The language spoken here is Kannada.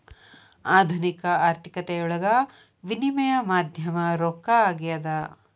ಆಧುನಿಕ ಆರ್ಥಿಕತೆಯೊಳಗ ವಿನಿಮಯ ಮಾಧ್ಯಮ ರೊಕ್ಕ ಆಗ್ಯಾದ